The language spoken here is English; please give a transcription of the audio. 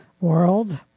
world